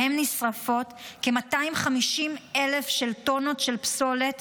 שבהן נשרפות כ-250,000 טונות של פסולת,